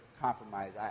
compromise